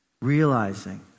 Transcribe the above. Realizing